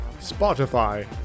Spotify